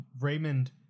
Raymond